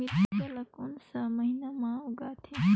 मिरचा ला कोन सा महीन मां उगथे?